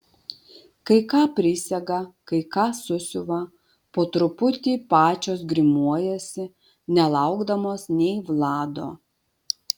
kai ką prisega kai ką susiuva po truputį pačios grimuojasi nelaukdamos nei vlado